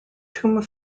tomb